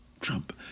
Trump